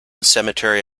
cemetery